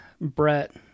Brett